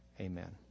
amen